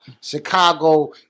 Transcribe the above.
Chicago